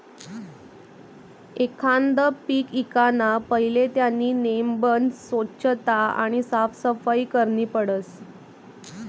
एखांद पीक ईकाना पहिले त्यानी नेमबन सोच्छता आणि साफसफाई करनी पडस